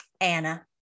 Anna